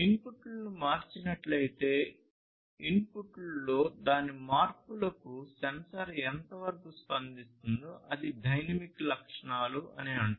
ఇన్పుట్లను మార్చినట్లయితే ఇన్పుట్లో దాని మార్పులకు సెన్సార్ ఎంతవరకు స్పందిస్తుందో అది డైనమిక్ లక్షణాలు అని అంటారు